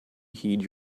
heed